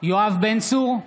יואב בן צור,